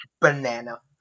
Banana